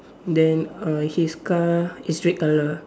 then uh his car is red colour